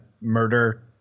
murder